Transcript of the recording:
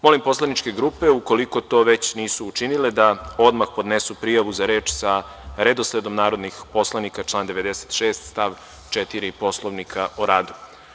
Molim poslaničke grupe, ukoliko to već nisu učinile, da odmah podnesu prijavu za reč sa redosledom narodnih poslanika, član 96. stav 4. Poslovnika o radu.